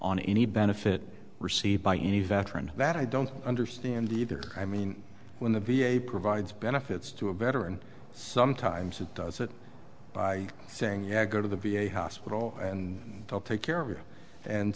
on any benefit received by any veteran that i don't understand either i mean when the v a provides benefits to a veteran sometimes it does that by saying yeah go to the v a hospital and they'll take care of you and